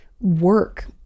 work